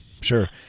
Sure